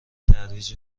ترویج